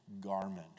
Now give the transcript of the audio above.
garment